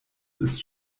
ist